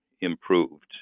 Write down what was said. improved